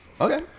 okay